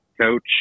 coach